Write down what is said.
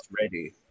ready